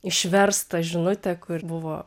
išverst tą žinutę kur buvo